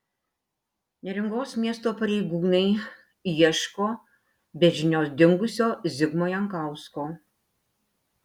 neringos miesto pareigūnai ieško be žinios dingusio zigmo jankausko